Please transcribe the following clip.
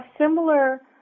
similar